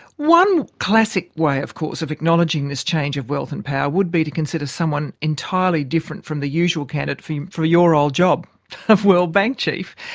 one classic way, of course, of acknowledging this change of wealth and power would be to consider someone entirely different from the usual candidate for your old job of world bank chief.